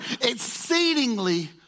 exceedingly